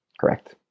Correct